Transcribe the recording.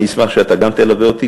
אני אשמח שאתה גם תלווה אותי,